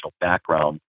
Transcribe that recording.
background